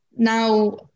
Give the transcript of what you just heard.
Now